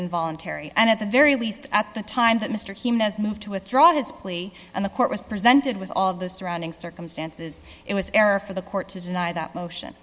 involuntary and at the very least at the time that mr hume is moved to withdraw his plea and the court was presented with all the surrounding circumstances it was error for the court to deny that motion